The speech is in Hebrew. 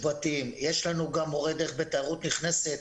יש לנו גם מורי דרך בתיירות נכנסת.